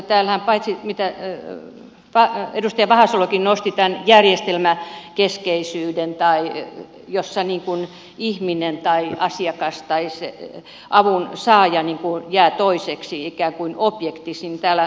täällä edustaja vahasalokin nosti tämän järjestelmäkeskeisyyden sen että ihminen tai asiakas tai se avunsaaja jää toiseksi ikään kuin objektiksi